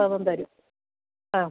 പവൻ തരും ആ